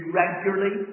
regularly